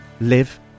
live